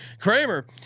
Kramer